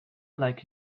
like